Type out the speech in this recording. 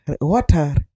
water